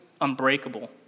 unbreakable